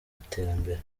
iterambere